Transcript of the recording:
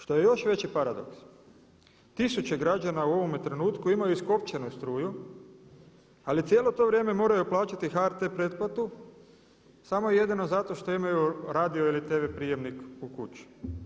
Što je još veći paradoks tisuće građana u ovome trenutku imaju iskopčanu struju ali cijelo to vrijeme moraju plaćati HRT pretplatu samo i jedino zato što imaju radio ili tv prijemnik u kući.